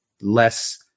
less